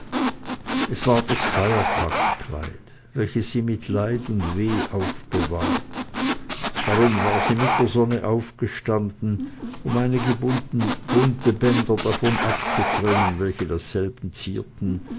es war das feiertagskleid welches sie mit leid und weh aufbewahrt darum war sie mit der sonne aufgestanden um einige bunte bänder davon abzutrennen welche dasselbe zierten